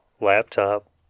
laptop